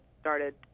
started